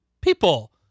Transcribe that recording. people